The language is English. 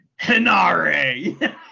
Hinare